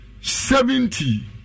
seventy